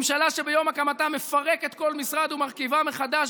ממשלה שביום הקמתה מפרקת כל משרד ומרכיבה מחדש